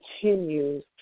continues